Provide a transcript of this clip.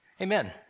Amen